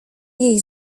jej